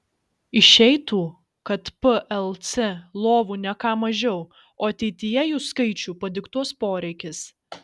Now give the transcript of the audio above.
išeitų kad plc lovų ne ką mažiau o ateityje jų skaičių padiktuos poreikis